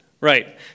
Right